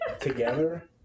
together